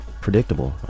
predictable